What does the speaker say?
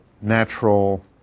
natural